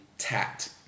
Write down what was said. Tat